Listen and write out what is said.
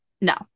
No